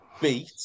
beat